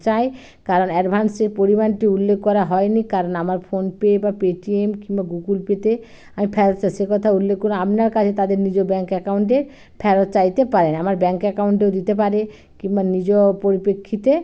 চাই কারণ অ্যাডভান্সের পরিমাণটি উল্লেখ করা হয়নি কারণ আমার ফোনপে বা পেটিএম কিংবা গুগল পেতে আমি ফেরত চাই সে কথা উল্লেখ করুন আপনার কাছে তাদের নিজ ব্যাঙ্ক অ্যাকাউন্টে ফেরত চাইতে পারেন আমার ব্যাঙ্ক অ্যাকাউন্টে দিতে পারে কিংবা নিজ পরিপেক্ষিতে